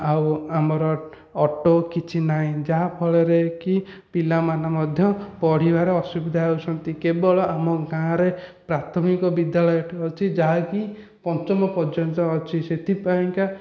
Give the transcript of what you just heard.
ଆଉ ଆମର ଅଟୋ କିଛି ନାହିଁ ଯାହାଫଳରେ କି ପିଲାମାନେ ମଧ୍ୟ ପଢ଼ିବାରେ ଅସୁବିଧା ହେଉଛନ୍ତି କେବଳ ଆମ ଗାଁରେ ପ୍ରାଥମିକ ବିଦ୍ୟାଳୟଟି ଅଛି ଯାହା କି ପଞ୍ଚମ ପର୍ଯ୍ୟନ୍ତ ଅଛି ସେଥିପାଇଁକା